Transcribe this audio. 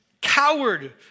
coward